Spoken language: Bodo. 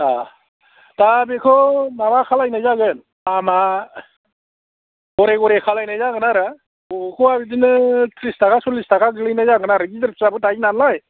अ दा बेखौ माबा खालामनाय जागोन दामआ गरे गरे खालामनाय जागोन आरो बबेखौबा बिदिनो थ्रिस थाखा सल्लिस थाखा गोलैनाय जागोन आरो गिदिर फिसाबो थायोनालाय